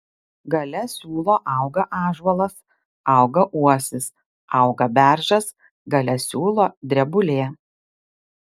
gale siūlo auga ąžuolas auga uosis auga beržas gale siūlo drebulė